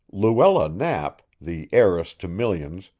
luella knapp, the heiress to millions,